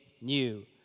new